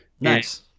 nice